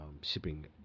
shipping